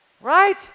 Right